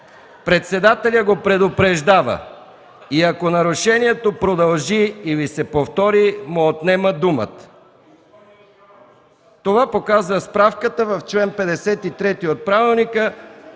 „председателят го предупреждава и ако нарушението продължи или се повтори, му отнема думата”. Това показва справката в чл. 53 от правилника.